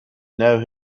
know